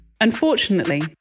Unfortunately